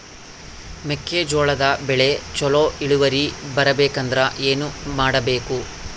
ಮೆಕ್ಕೆಜೋಳದ ಬೆಳೆ ಚೊಲೊ ಇಳುವರಿ ಬರಬೇಕಂದ್ರೆ ಏನು ಮಾಡಬೇಕು?